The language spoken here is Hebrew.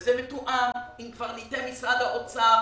וזה מתואם עם קברניטי משרד האוצר